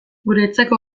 guretzako